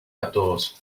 outdoors